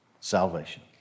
salvation